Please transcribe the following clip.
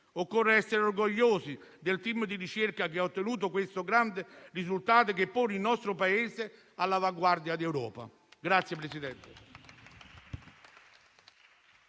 Occorre essere orgogliosi del *team* di ricerca che ha ottenuto questo grande risultato, che pone il nostro Paese all'avanguardia in Europa.